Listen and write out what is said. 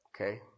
Okay